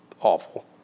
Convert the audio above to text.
awful